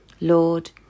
Lord